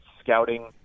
scouting